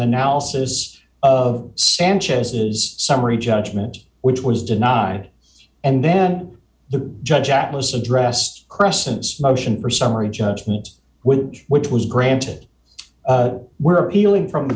analysis of sanchez's summary judgment which was denied and then the judge that was addressed cresses motion for summary judgment which which was granted were healing from the